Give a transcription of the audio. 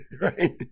Right